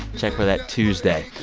check for that tuesday.